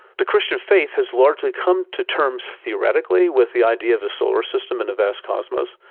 the christian faith has largely come to terms theoretically with the idea of a solar system in a vast cosmos,